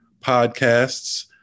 podcasts